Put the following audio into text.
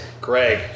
Greg